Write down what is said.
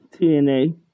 TNA